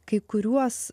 kai kuriuos